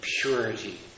purity